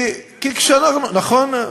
נכון?